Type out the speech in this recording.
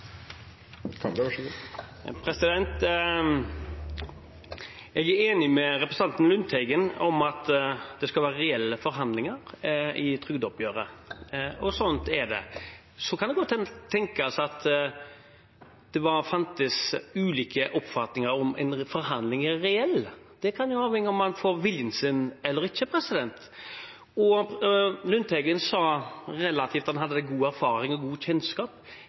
Lundteigen i at det skal være reelle forhandlinger i trygdeoppgjøret, og slik er det. Så kan det godt tenkes at det finnes ulike oppfatninger av om en forhandling er reell. Det kan jo avhenge av om man får viljen sin eller ikke. Lundteigen sa at han hadde relativt god erfaring med og god kjennskap